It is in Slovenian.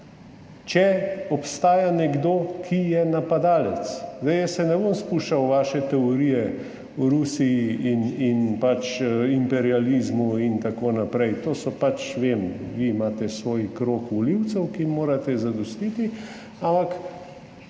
če obstaja nekdo, ki je napadalec. Jaz se ne bom spuščal v vaše teorije o Rusiji, imperializmu in tako naprej. Vem, vi imate svoj krog volivcev, ki jim morate zadostiti, ampak